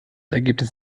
ergebnis